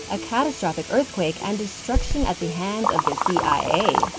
a catastrophic earthquake, and destruction at the hands of the cia.